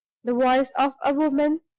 the voice of a woman,